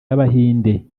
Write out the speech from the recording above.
y’abahinde